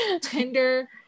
Tinder